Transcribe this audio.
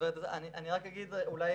אולי